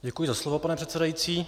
Děkuji za slovo, pane předsedající.